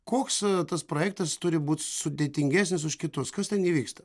koks tas projektas turi būt sudėtingesnis už kitus kas ten įvyksta